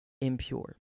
impure